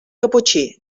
caputxí